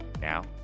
Now